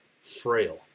frail